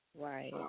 Right